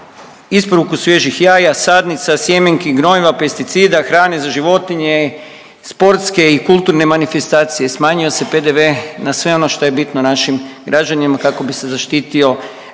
isporuku svježih jaja, sadnica, sjemenki, gnojiva, pesticida, hrane za životinje, sportske i kulturne manifestacije, smanjio se PDV na sve ono što je bitno našim građanima kako bi se zaštitio